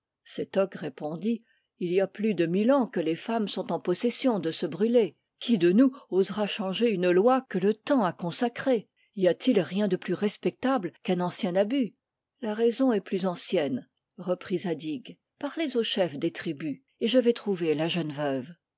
barbare sétoc répondit il y a plus de mille ans que les femmes sont en possession de se brûler qui de nous osera changer une loi que le temps a consacrée y a-t-il rien de plus respectable qu'un ancien abus la raison est plus ancienne reprit zadig parlez aux chefs des tribus et je vais trouver la jeune veuve